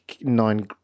nine